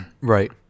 Right